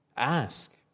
ask